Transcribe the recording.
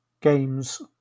games